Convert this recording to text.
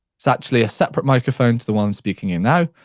it's actually a separate microphone to the one i'm speaking in now,